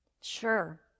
Sure